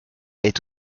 est